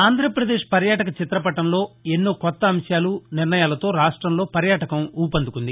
ఆంధ్రప్రదేశ్ పర్యాటక చిత్రపటంలో ఎన్నో కొత్త అంశాలు నిర్ణయాలతో రాష్ట్రంలో పర్యాటకం ఉఃపందుకుంది